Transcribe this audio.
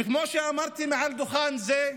וכמו שאמרתי מעל דוכן זה,